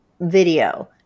video